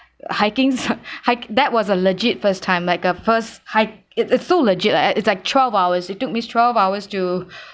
hikings hike that was a legit first time like a first hike it it's so legit right it's like twelve hours it took me twelve hours to